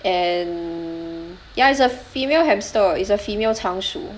and ya is a female hamster is a female 仓鼠